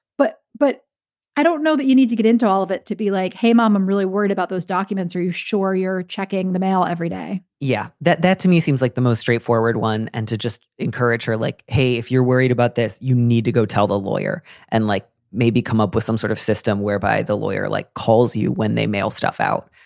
but but i don't know that you need to get into all of it to be like, hey, mom, i'm really worried about those documents. are you sure you're checking the mail every day? yeah, that that to me, seems like the most straightforward one. and to just encourage her, like, hey, if you're worried about this, you need to go tell the lawyer and like maybe come up with some sort of system whereby the lawyer, like, calls you when they mail stuff out.